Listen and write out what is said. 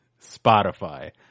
spotify